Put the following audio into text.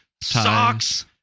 socks